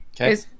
Okay